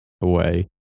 away